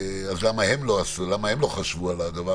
אז למה הם לא עשו, למה הם לא חשבו על הדבר.